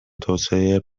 توسعه